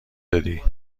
دادی